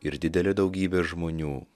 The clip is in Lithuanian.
ir didelė daugybė žmonių